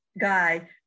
guy